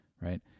right